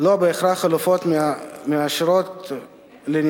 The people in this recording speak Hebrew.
לא הוכרה חלופה מאושרת לניסוי.